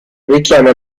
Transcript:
richiama